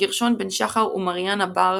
גרשון בן-שחר ומריאנה בר,